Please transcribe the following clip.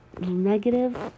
negative